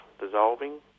dissolving